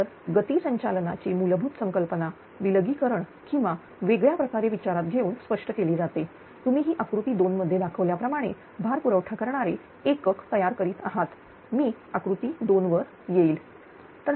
तर गती संचालनाची मूलभूत संकल्पना विलगीकरण आणि वेगळ्याप्रकारे विचारात घेऊन स्पष्ट केली जातेतुम्ही ही आकृती 2 मध्ये दाखवल्याप्रमाणे भार पुरवठा करणारे एकक तयार करीत आहात मी आकृती 2 वर येईल येईल